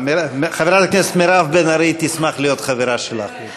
חברת הכנסת מירב בן ארי תשמח להיות חברה שלך.